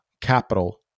capital